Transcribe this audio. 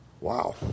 Wow